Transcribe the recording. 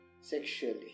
sexually